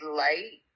light